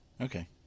Okay